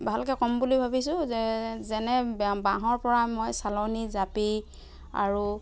ভালকৈ ক'ম বুলি ভাবিছোঁ যে যেনে বাঁহৰ পৰা মই চালনী জাপি আৰু